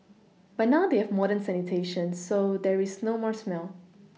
but now they have modern sanitation so there is no more smell